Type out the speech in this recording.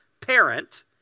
parent